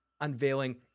unveiling